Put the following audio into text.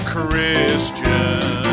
Christian